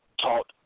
taught